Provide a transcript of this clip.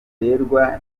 riterwa